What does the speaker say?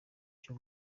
cyo